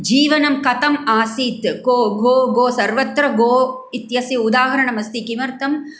जीवनं कतम् आसीत् को गो गो सर्वत्र गो इत्यस्य उदाहरणमस्ति किमर्थं